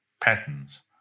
patterns